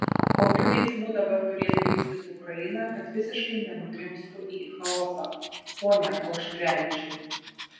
kokių veiksmų dabar turėtų imtis ukraina kad visiškai nenugrimztų į chaosą pone auštrevičiau